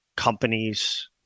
companies